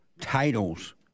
titles